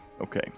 Okay